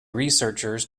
researchers